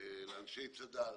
לאנשי צד"ל.